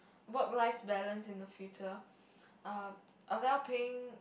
work life balance in the future uh a well paying